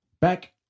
Back